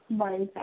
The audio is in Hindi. भाई साहब